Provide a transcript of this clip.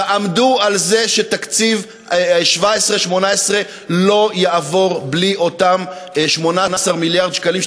תעמדו על זה שתקציב 2017 2018 לא יעבור בלי אותם 18 מיליארד שקלים,